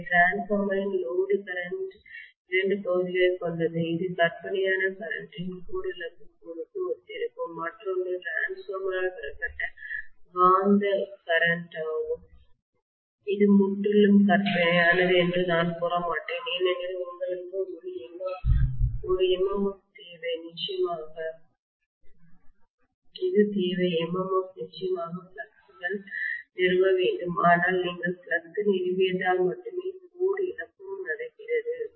எனவே டிரான்ஸ்பார்மர் இன் load current இரண்டு பகுதிகளைக் கொண்டது இது கற்பனையான கரண்ட் இன் கோர் இழப்பு கூறுக்கு ஒத்திருக்கும் மற்றொன்று டிரான்ஸ்பார்மர் ஆல்பெறப்பட்ட காந்த கரண்ட் ஆகும்மின்னோட்டமாகும் இது முற்றிலும் கற்பனையானது என்று நான் கூறமாட்டேன் ஏனெனில் உங்களுக்கு இது தேவை MMF நிச்சயமாக ஃப்ளக்ஸ் நிறுவ வேண்டும் ஆனால் நீங்கள் ஃப்ளக்ஸ் நிறுவியதால் மட்டுமே கோர் இழப்பும் நடக்கிறது